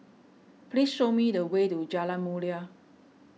please show me the way to Jalan Mulia